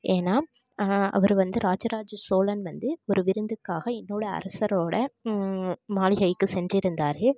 ஏன்னா அவர் வந்து ராஜராஜ சோழன் வந்து ஒரு விருந்துக்காக இன்னொரு அரசரோடய மாளிகைக்கு சென்றிருந்தார்